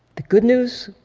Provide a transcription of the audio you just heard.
the good news.